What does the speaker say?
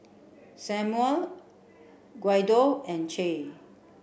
Samual Guido and Che